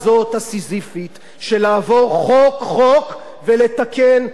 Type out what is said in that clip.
של לעבור חוק-חוק ולתקן את התיקונים הנדרשים.